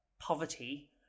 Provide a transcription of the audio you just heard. poverty